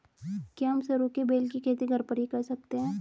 क्या हम सरू के बेल की खेती घर पर ही कर सकते हैं?